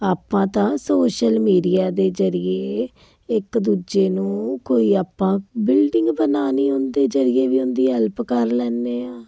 ਆਪਾਂ ਤਾਂ social media ਦੇ ਜਰੀਏ ਇੱਕ ਦੂਜੇ ਨੂੰ ਕੋਈ ਆਪਾਂ ਬਿਲਡਿੰਗ ਬਣਾਉਣੀ ਉਹਦੇ ਜਰੀਏ ਵੀ ਉਹਦੀ ਹੈਲਪ ਕਰ ਲੈਂਦੇ ਹਾਂ